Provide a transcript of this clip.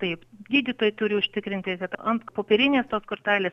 taip gydytojai turi užtikrinti kad ant popierinės tos kortelės